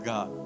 God